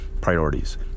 priorities